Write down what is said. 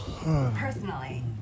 personally